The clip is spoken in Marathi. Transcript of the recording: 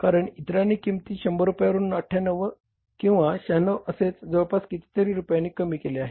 कारण इतरांनी किंमती 100 रुपयांवरून 98 किंवा 96 असेच जवळपास किती तरी रुपयांनी कमी केल्या आहेत